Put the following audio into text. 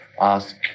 ask